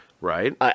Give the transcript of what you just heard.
Right